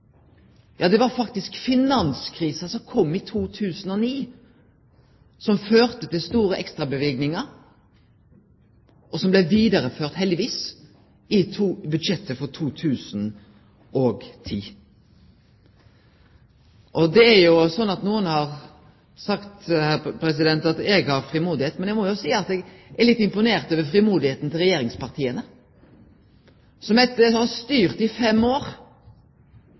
Ja, det var faktisk finanskrisa som kom i 2009, som førte til store ekstraløyvingar, og som heldigvis blei vidareførte i budsjettet for 2010. Nokre her har sagt at eg har frimod, men eg må seie eg er litt imponert over frimodet til regjeringspartia som etter å ha styrt i fem år